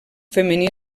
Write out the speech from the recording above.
femení